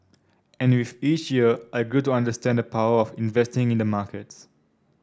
and with each year I grew to understand the power of investing in the markets